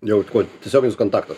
dėl ko tiesioginis kontaktas